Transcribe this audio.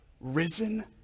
Risen